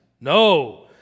No